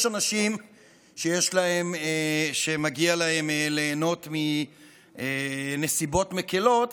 יש אנשים שמגיע להם ליהנות מנסיבות מקילות,